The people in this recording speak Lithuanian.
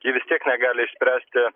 ji vis tiek negali išspręsti